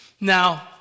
Now